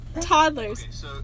Toddlers